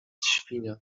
świnia